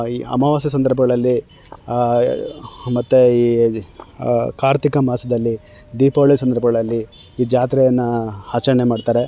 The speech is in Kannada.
ಈ ಅಮವಾಸ್ಯೆ ಸಂದರ್ಭಗಳಲ್ಲಿ ಮತ್ತು ಈ ಕಾರ್ತಿಕ ಮಾಸದಲ್ಲಿ ದೀಪಾವಳಿ ಸಂದರ್ಭಗಳಲ್ಲಿ ಈ ಜಾತ್ರೆಯನ್ನ ಆಚರಣೆ ಮಾಡ್ತಾರೆ